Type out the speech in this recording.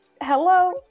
Hello